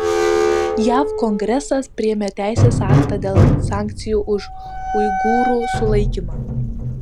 jav kongresas priėmė teisės aktą dėl sankcijų už uigūrų sulaikymą